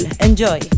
enjoy